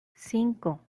cinco